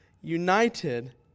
united